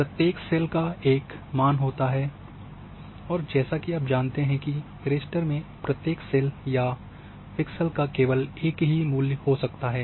प्रत्येक सेल का एक मान होता है और जैसा कि आप जानते हैं कि रेस्टर में प्रत्येक सेल या पिक्सेल का केवल एक ही मूल्य हो सकता है